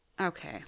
okay